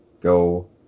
go